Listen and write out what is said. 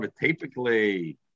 typically